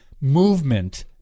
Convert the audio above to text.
movement